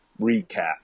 recap